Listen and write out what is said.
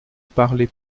parlez